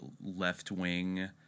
left-wing